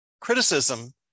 criticism